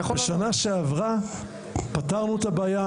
בשנה שעברה פתרנו את הבעיה,